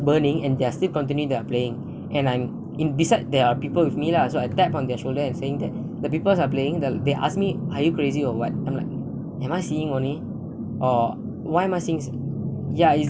burning and they're still continued their playing and I'm in beside there are people with me lah so I tap on their shoulder and saying that the peoples are playing the they ask me are you crazy or what I'm like am I seeing only or why am I seeing ya it's